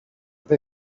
they